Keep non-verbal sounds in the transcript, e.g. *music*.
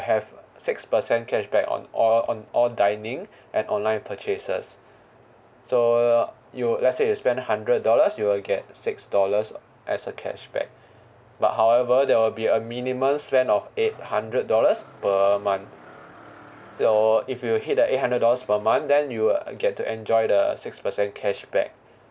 have six percent cashback on all on all dining *breath* and online purchases *breath* so you let's say you spend hundred dollars you will get six dollars as a cashback *breath* but however there will be a minimum spend of eight hundred dollars per month so if you hit the eight hundred dollars per month then you get to enjoy the six percent cashback